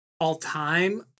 All-time